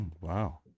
Wow